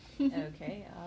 Okay